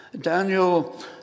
Daniel